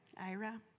Ira